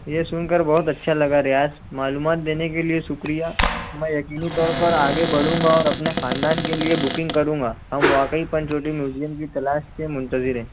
یہ سن کر بہت اچھا لگا ریاض معلومات دینے کے لیے شکریہ میں یقینی طور پر آگے بڑھوں گا اور اپنے خاندان کے لیے بکنگ کروں گا ہم واقعی پنچ وٹی میوزیم کی تلاش کے منتظر ہیں